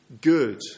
good